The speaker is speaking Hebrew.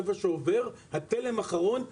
איפה שעובר התלם האחרון,